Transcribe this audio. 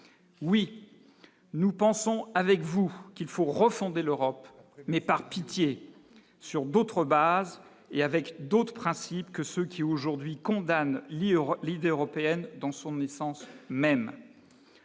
oui nous pensons avec vous qu'il faut refonder l'Europe, mais par pitié sur d'autres bases et avec d'autres principes que ceux qui aujourd'hui condamnent l'idée européenne dans son essence même